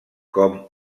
com